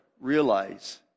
realize